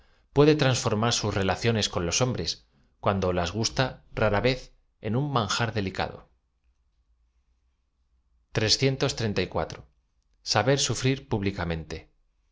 puede transformar sus re laciones con los hombres cuando las gusta rara vez en un m anjar delicado a sufrir públicamente